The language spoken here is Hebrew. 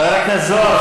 חבר הכנסת זוהר,